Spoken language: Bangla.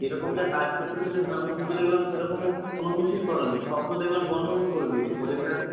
যে রকম যা কাজ করতে বলেছিলাম তুমি তো দেখলাম সে রকমের কোনো কিছুই করোনি সব তো দেখলাম গণ্ডগোল করে দিয়েছ প্রোজেক্টটাতে